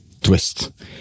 twist